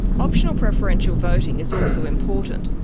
optional preferential voting is also important,